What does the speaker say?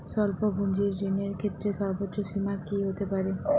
স্বল্প পুঁজির ঋণের ক্ষেত্রে সর্ব্বোচ্চ সীমা কী হতে পারে?